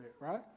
right